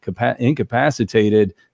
incapacitated